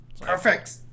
Perfect